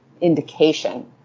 indication